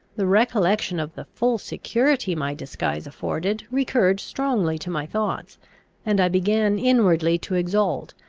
the recollection of the full security my disguise afforded recurred strongly to my thoughts and i began inwardly to exult,